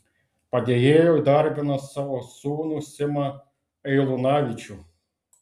padėjėju įdarbino savo sūnų simą eilunavičių